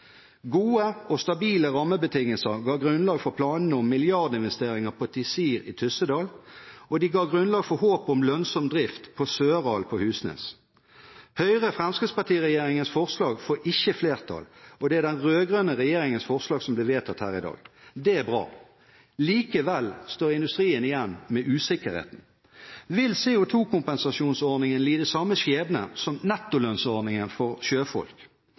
Gode og stabile rammebetingelser ga grunnlag for planene om milliardinvesteringer på Tizir i Tyssedal, og de ga grunnlag for håp om lønnsom drift på Søral på Husnes. Høyre–Fremskrittsparti-regjeringens forslag får ikke flertall, og det er den rød-grønne regjeringens forslag som blir vedtatt her i dag. Det er bra. Likevel står industrien igjen med usikkerheten. Vil CO2-kompensasjonsordningen lide samme skjebne som nettolønnsordningen for sjøfolk?